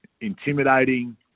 intimidating